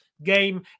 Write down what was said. Game